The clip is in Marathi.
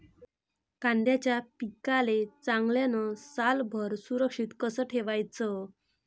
कांद्याच्या पिकाले चांगल्यानं सालभर सुरक्षित कस ठेवाचं?